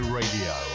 radio